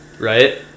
right